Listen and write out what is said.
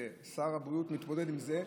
ושר הבריאות מתמודד עם זה.